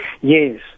Yes